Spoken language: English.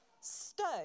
stone